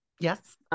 Yes